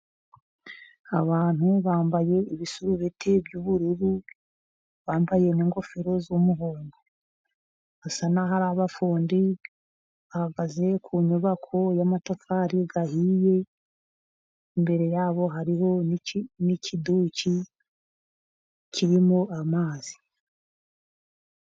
Abantu bambaye ibisurubeti by'ubururu, bambaye n' ingofero z'umuhondo, basa naho ari abafundi ,bahagaze ku nyubako y'amatafari ahiye, imbere yabo hariho n'ikiduki kirimo amazi.